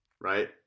right